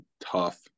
tough